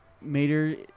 Mater